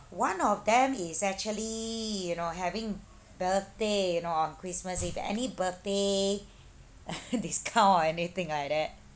one of them is actually you know having birthday you know on christmas eve any birthday discount or anything like that